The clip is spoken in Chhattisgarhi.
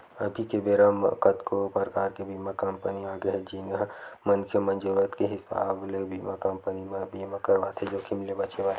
अभी के बेरा कतको परकार के बीमा कंपनी आगे हे जिहां मनखे मन जरुरत के हिसाब ले बीमा कंपनी म बीमा करवाथे जोखिम ले बचें बर